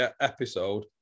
episode